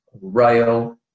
rail